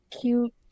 cute